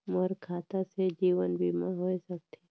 मोर खाता से जीवन बीमा होए सकथे?